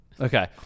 Okay